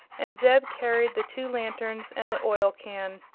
and zeb carried the two lanterns and the oil can.